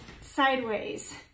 sideways